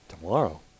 Tomorrow